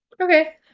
Okay